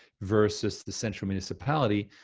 versus the central municipality.